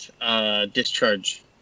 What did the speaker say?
discharge